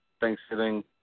Thanksgiving